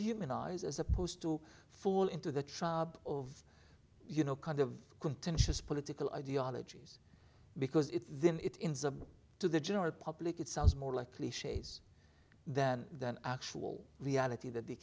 humanize as opposed to fall into the tribe of you know kind of contentious political ideologies because then it in to the general public it sounds more like cliches than than actual reality that they